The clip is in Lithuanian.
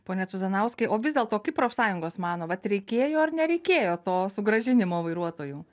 pone cuzanauskai o vis dėlto kaip profsąjungos mano vat reikėjo ar nereikėjo to sugrąžinimo vairuotojų